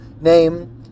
name